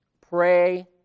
pray